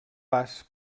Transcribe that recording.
pas